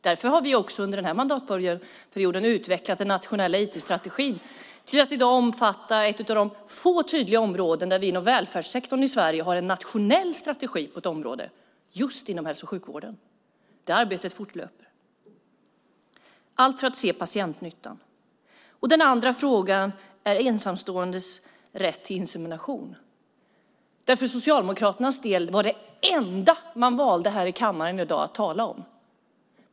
Därför har vi också under den här mandatperioden utvecklat den nationella IT-strategin till att i dag omfatta ett av de få tydliga områden inom välfärdssektorn i Sverige där vi har en nationell strategi på ett område, nämligen just hälso och sjukvården. Arbetet fortlöper - allt för att se patientnyttan. Den andra frågan är ensamståendes rätt till insemination. För Socialdemokraternas del var detta det enda man valde att tala om här i kammaren i dag.